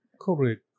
Correct